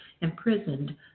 imprisoned